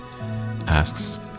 Asks